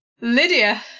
Lydia